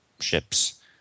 ships